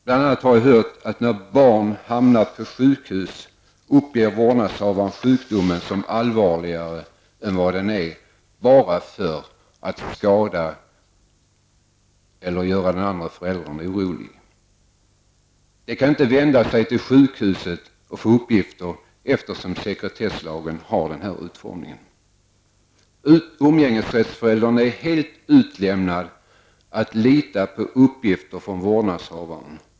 Bl.a. har jag hört att när barn hamnar på sjukhus, uppger vårdnadshavaren sjukdomen som allvarligare än vad den är bara för att skada eller göra den andre föräldern orolig. Den kan inte vända sig till sjukhuset och få uppgifter eftersom sekretesslagen har den utformningen. Umgängesrättsföräldern är helt utlämnad till att lita på uppgifter från vårdnadshavaren.